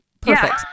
Perfect